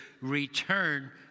return